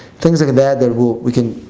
things like that that we can